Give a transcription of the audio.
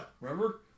remember